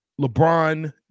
LeBron